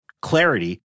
clarity